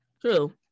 True